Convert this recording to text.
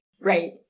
Right